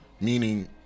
meaning